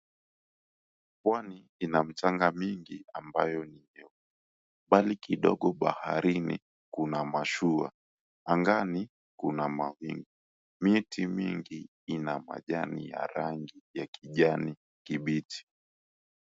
Pwani ina mchanga mingi ambayo ni nyeupe, mbali kidogo baharini kuna mashua, angani kuna mawingu. Miti mingi ina majani ya rangi ya kijani kibichi.